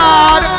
God